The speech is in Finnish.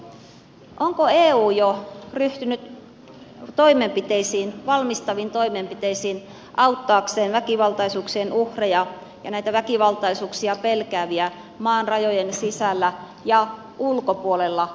onko eu jo ryhtynyt valmistaviin toimenpiteisiin auttaakseen väkivaltaisuuksien uhreja ja näitä väkivaltaisuuksia pelkääviä sekä maan rajojen sisällä että ulkopuolella ukrainan rajojen